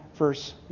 verse